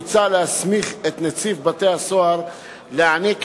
מוצע להסמיך את נציב בתי-הסוהר להעניק